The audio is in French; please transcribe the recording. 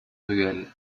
ruelles